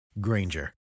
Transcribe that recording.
Granger